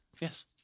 Yes